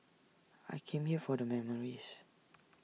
I come here for the memories